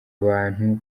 abantu